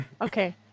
Okay